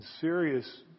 serious